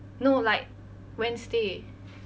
no like wednesday